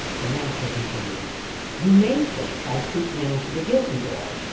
the master continued you may think i speak now to the guilty boy,